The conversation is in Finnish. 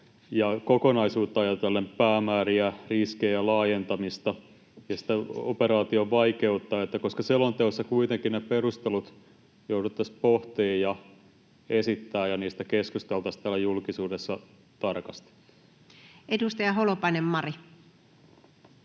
kokonaisuutta — päämääriä, riskejä, laajentamista ja sitten operaation vaikeutta — koska selonteossa kuitenkin ne perustelut jouduttaisiin pohtimaan ja esittämään ja niistä keskusteltaisiin täällä julkisuudessa tarkasti. [Speech 93]